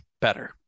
better